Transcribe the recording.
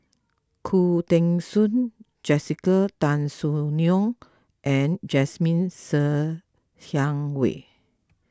Khoo Teng Soon Jessica Tan Soon Neo and Jasmine Ser Xiang Wei